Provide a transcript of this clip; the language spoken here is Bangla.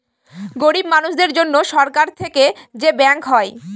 গরিব মানুষের জন্য সরকার থেকে যে ব্যাঙ্ক হয়